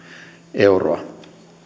euroa